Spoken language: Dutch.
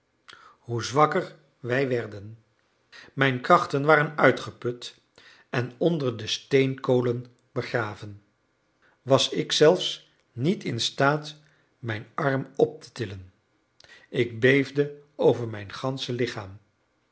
hoe zwakker wij werden mijn krachten waren uitgeput en onder de steenkolen begraven was ik zelfs niet instaat mijn arm op te tillen ik beefde over mijn gansche lichaam